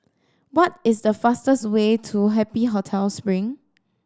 what is the fastest way to Happy Hotel Spring